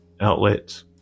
outlets